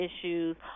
issues